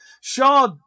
Shaw